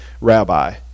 rabbi